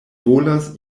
volas